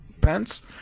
Pence